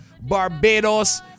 Barbados